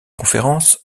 conférences